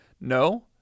no—